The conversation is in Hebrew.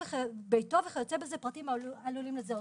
ביתו וכיוצא בזה, פרטים העלולים לזהותו.